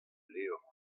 levr